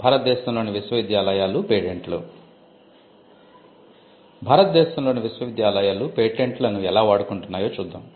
భారతదేశoలోని విశ్వవిద్యాలయాలు పేటెంట్లను ఎలా వాడుకుoటున్నాయో చూద్దాం